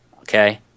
Okay